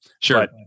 sure